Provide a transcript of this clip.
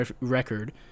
record